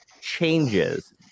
changes